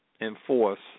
enforce